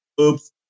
oops